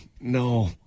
no